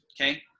okay